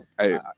Hey